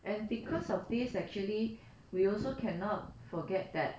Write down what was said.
and because of this actually we also cannot forget that